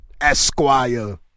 Esquire